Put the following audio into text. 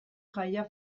jaia